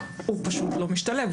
הוא פשוט לא משתלב.